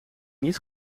niet